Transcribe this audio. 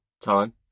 time